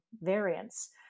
variants